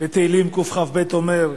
בתהילים קכ"ב אומר: